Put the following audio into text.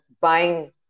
buying